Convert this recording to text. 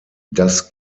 das